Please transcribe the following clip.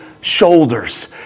shoulders